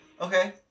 Okay